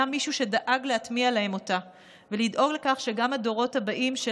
היה מישהו שדאג להטמיע אותה בהם ולדאוג לכך שגם הדורות הבאים של